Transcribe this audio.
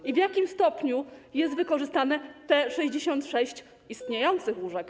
I w jakim stopniu jest wykorzystane te 66 istniejących łóżek?